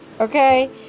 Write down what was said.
okay